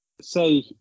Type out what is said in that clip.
say